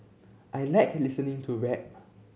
I like listening to rap